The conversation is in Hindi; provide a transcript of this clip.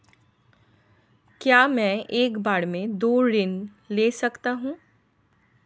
क्या मैं एक बार में दो ऋण ले सकता हूँ?